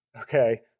Okay